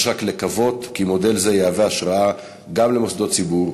יש רק לקוות כי מודל זה יהווה השראה גם למוסדות ציבור,